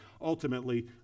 ultimately